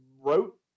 Wrote